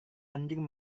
anjing